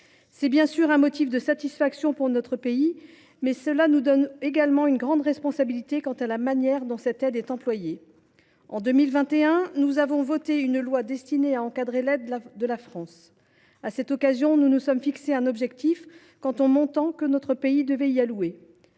C’est bien sûr un motif de satisfaction pour la France, mais cela nous donne également une grande responsabilité quant à la manière dont cette aide est employée. En 2021, nous avons adopté une loi destinée à encadrer l’aide publique au développement. À cette occasion, nous nous sommes fixé un objectif quant au montant que notre pays devait lui